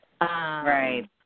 Right